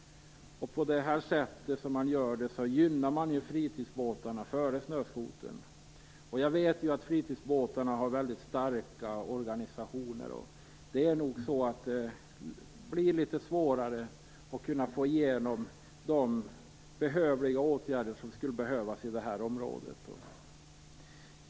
Det sätt man gör det på gör att man gynnar fritidsbåtarna framför snöskotrarna. Jag vet att när det gäller fritidsbåtar finns det mycket starka organisationer. Det blir nog litet svårare att få igenom de åtgärder som skulle behövas på det området.